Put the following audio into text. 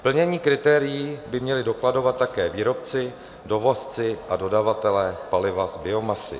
Plnění kritérií by měli dokladovat také výrobci, dovozci a dodavatelé paliva z biomasy.